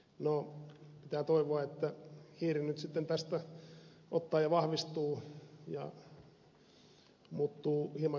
no pitää toivoa että hiiri nyt sitten tästä ottaa ja vahvistuu ja muuttuu hieman hyödyllisemmäksi jyrsijäksi